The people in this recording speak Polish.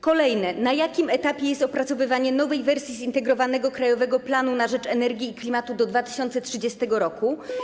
Kolejne: Na jakim etapie jest opracowywanie nowej wersji zintegrowanego krajowego planu na rzecz energii i klimatu do 2030 r.